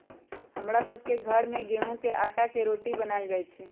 हमरा सभ के घर में गेहूम के अटा के रोटि बनाएल जाय छै